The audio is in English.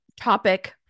topic